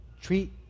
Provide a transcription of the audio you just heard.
treat